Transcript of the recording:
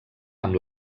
amb